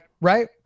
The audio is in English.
right